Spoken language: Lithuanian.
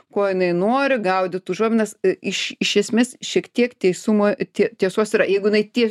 ko jinai nori gaudyt užuominas iš iš esmės šiek tiek teisumo tie tiesos yra jeigu jinai tie